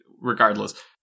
Regardless